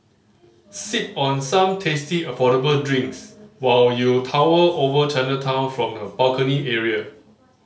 sip on some tasty affordable drinks while you tower over Chinatown from the balcony area